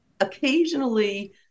occasionally